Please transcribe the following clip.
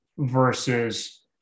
versus